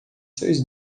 seus